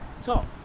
top